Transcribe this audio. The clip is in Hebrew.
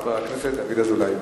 חבר הכנסת דוד אזולאי.